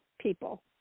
people